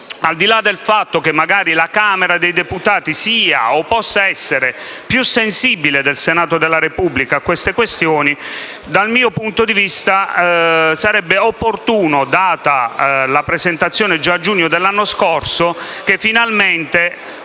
Al di là del fatto che la Camera dei deputati magari sia o possa essere più sensibile del Senato della Repubblica a tali questioni, dal mio punto di vista sarebbe opportuno, data la presentazione a giugno dell'anno scorso, che finalmente